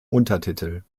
untertitel